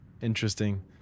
Interesting